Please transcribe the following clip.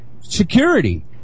security